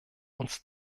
uns